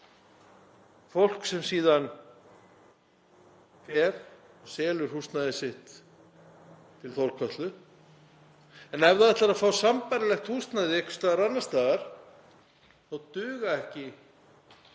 fólk sem síðan fer og selur húsnæði sitt til Þórkötlu, en ef það ætlar að fá sambærilegt húsnæði einhvers staðar annars staðar þá duga ekki